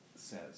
says